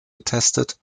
getestet